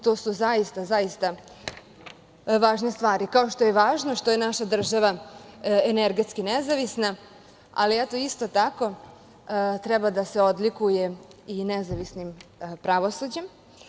To su zaista važne stvari, kao što je važno što je naša država energetski nezavisna, ali isto tako treba da se odlikuje i nezavisnim pravosuđem.